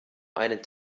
einen